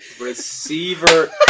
receiver